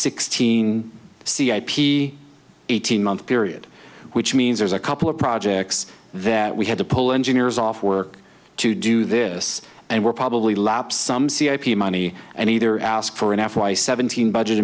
sixteen c i p eighteen month period which means there's a couple of projects that we had to pull engineers off work to do this and we're probably lapsed some c a p money and either ask for an f y seventeen budget